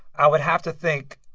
i would have to think,